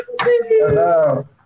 Hello